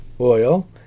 oil